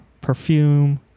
Perfume